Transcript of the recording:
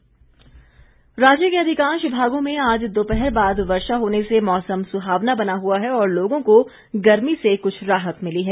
मौसम राज्य के अधिकांश भागों में आज दोपहर बाद वर्षा होने से मौसम सुहावना बना हुआ है और लोगों को गर्मी से कुछ राहत मिली है